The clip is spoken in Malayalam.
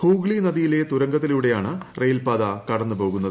ഹൂഗ്ലി നദിയിലെ തുരങ്കത്തിലൂടെയാണ് റെയിൽപ്പാത കടന്നുപോകുന്നത്